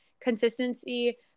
consistency